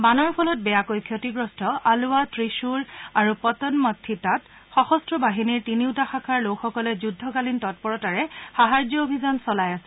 বানৰ ফলত বেয়াকৈ ক্ষতিগ্ৰস্ত অলুৱা ত্ৰিশূৰ আৰু পটনমথিট্টাত সশস্ত্ৰবাহিনীৰ তিনিওটা শাখাৰ লোকসকলে যুদ্ধকালীন তৎপৰতাৰে সাহায্য অভিযান চলাই আছে